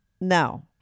no